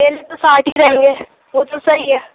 کیلے تو ساٹھ ہی رہیں گے وہ تو صحیح ہے